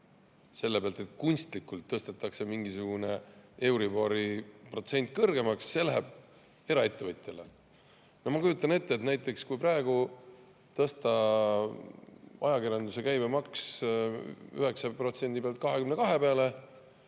selle pealt, et kunstlikult tõstetakse mingisugune euribori protsent kõrgemaks –, läheb eraettevõtjale. Ma kujutan ette, et kui näiteks tõsta praegu ajakirjanduse käibemaks 9% pealt 22% peale,